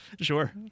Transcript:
Sure